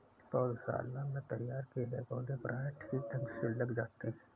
पौधशाला में तैयार किए गए पौधे प्रायः ठीक ढंग से लग जाते हैं